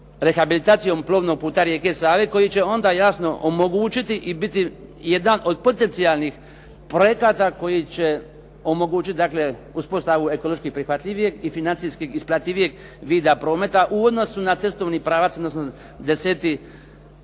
rehabilitacijom plovnog puta rijeke Save koji će onda jasno omogućiti i biti jedan od potencijalnih projekata koji će omogućiti dakle uspostavu ekološki prihvatljivijeg i financijskih isplativijeg vida prometa u odnosu na cestovni pravac odnosno X.